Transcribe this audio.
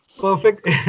Perfect